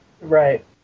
Right